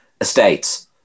estates